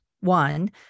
One